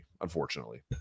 unfortunately